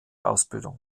ausbildung